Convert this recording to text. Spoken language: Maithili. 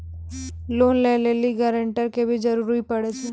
लोन लै लेली गारेंटर के भी जरूरी पड़ै छै?